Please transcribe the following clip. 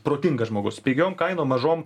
protingas žmogus pigiom kainom mažom